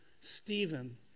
stephen